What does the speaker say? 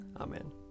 Amen